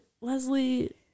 leslie